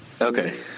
Okay